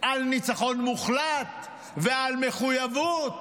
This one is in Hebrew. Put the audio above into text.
על ניצחון מוחלט ועל מחויבות,